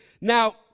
Now